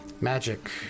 Magic